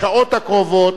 בשעות הקרובות,